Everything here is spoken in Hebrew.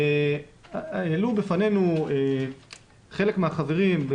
העלו בפנינו חלק מהחברים,